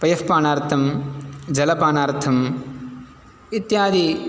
पयः पानार्थं जलपानार्थम् इत्यादि